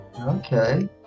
Okay